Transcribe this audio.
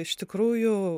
iš tikrųjų